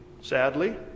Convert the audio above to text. sadly